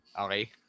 Okay